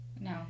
No